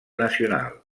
nacional